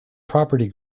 property